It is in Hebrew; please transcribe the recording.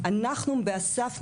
אנחנו בא.ס.ף.